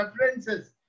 references